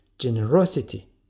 generosity